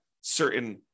certain